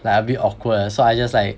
like a bit awkward so I just like